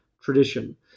tradition